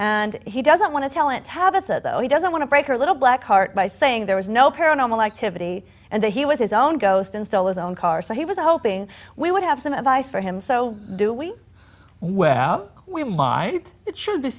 and he doesn't want to tell him tabitha though he doesn't want to break her little black heart by saying there was no paranormal activity and that he was his own ghost and stole his own car so he was hoping we would have some advice for him so do we well we want it should be